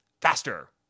faster